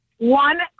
One